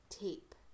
tape